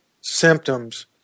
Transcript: symptoms